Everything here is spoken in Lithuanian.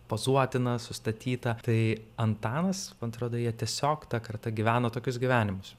pozuotiną sustatytą tai antanas man atrodo jie tiesiog ta karta gyveno tokius gyvenimus